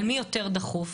על מי יותר דחוף.